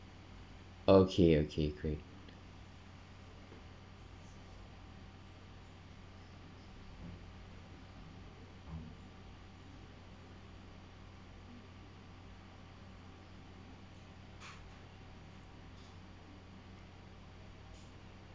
okay okay great